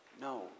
No